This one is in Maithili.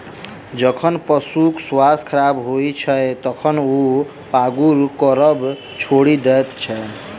जखन पशुक स्वास्थ्य खराब होइत छै, तखन ओ पागुर करब छोड़ि दैत छै